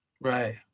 Right